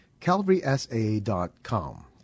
calvarysa.com